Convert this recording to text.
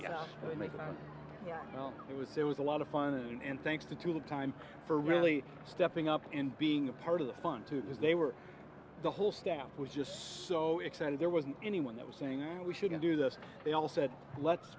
know it was there was a lot of fun and thanks to truly time for really stepping up and being a part of the fun too as they were the whole staff was just so excited there wasn't anyone that was saying we shouldn't do this they all said let's